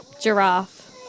Giraffe